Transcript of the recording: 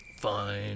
Fine